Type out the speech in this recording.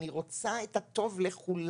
אני רוצה את הטוב לכולם.